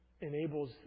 enables